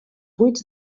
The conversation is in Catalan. buits